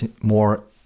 more